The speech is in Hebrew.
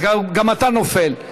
גם אתה נופל,